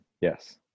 Yes